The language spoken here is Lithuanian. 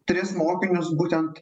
tris mokinius būtent